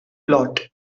plot